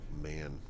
Man